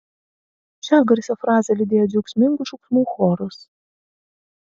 šią garsią frazę lydėjo džiaugsmingų šauksmų choras